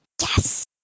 Yes